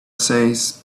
says